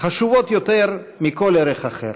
חשובות יותר מכל ערך אחר.